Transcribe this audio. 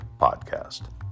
Podcast